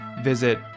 visit